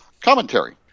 commentary